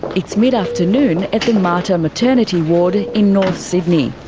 it's mid-afternoon at the mater maternity ward in north sydney.